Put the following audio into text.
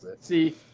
see